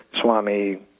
Swami